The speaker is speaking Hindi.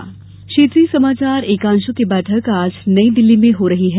नये एफएम चैनल क्षेत्रीय समाचार एकांशों की बैठक आज नई दिल्ली में हो रही है